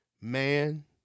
man